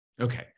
Okay